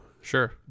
sure